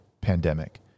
pandemic